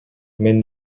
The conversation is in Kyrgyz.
менин